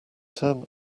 term